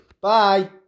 Bye